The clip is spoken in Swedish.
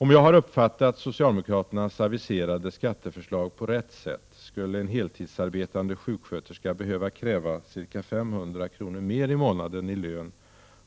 Om jag har uppfattat socialdemokraternas aviserade skatteförslag på rätt sätt, skulle en heltidsarbetande sjuksköterska behöva kräva ca 500 kr. mer i månaden i lön